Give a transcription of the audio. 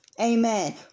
Amen